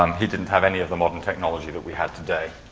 um he didn't have any of the modern technology that we have today.